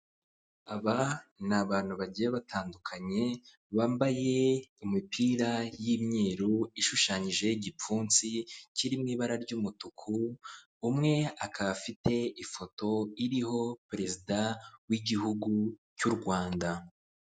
Aba ni abantu bagiye batandukanye bambaye imipira y'imyeru, ishushanyijeho igipfunsi kiri mu ibara ry'umutuku, umwe akaba afite ifoto iriho perezida w'igihugu cy'u Rwanda.